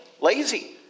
lazy